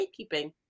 gatekeeping